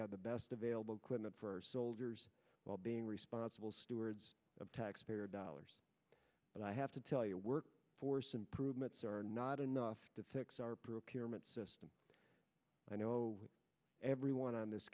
have the best available clinic for our soldiers while being responsible stewards of taxpayer dollars but i have to tell you work force improvements are not enough to fix our procurement system i know everyone on this